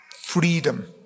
freedom